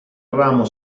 ramo